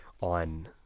on